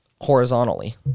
horizontally